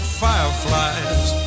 fireflies